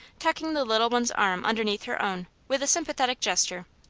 tucking the little one's arm underneath her own, with a sympathetic gesture.